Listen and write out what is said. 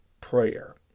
prayer